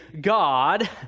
God